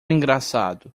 engraçado